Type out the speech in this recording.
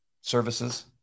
services